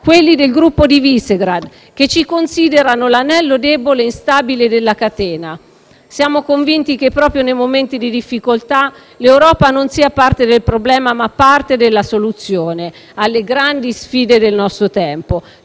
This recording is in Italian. quelli del gruppo di Visegrád che ci considerano l'anello debole e instabile della catena. Siamo convinti che proprio nei momenti di difficoltà, l'Europa non sia parte del problema, ma parte della soluzione alle grandi sfide del nostro tempo.